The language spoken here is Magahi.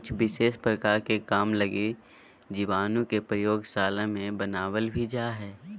कुछ विशेष प्रकार के काम लगी जीवाणु के प्रयोगशाला मे बनावल भी जा हय